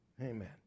Amen